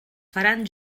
faran